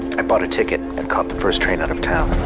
i bought a ticket and caught first train out of town